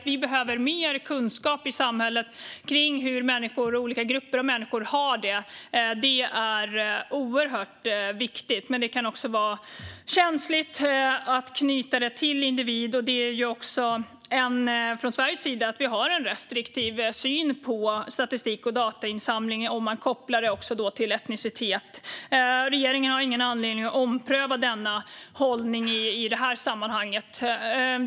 Vi behöver mer kunskap i samhället om hur människor och olika grupper av människor har det. Det är oerhört viktigt, men det kan också vara känsligt att knyta det till individ. Från Sveriges sida har vi en restriktiv syn på statistik och datainsamling om det kopplas till etnicitet. Regeringen har ingen anledning att ompröva den hållningen i detta sammanhang.